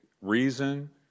reason